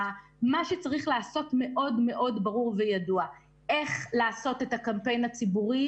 מה שצריך לעשות מאוד מאוד ברור וידוע: איך לעשות את הקמפיין הציבורי,